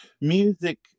music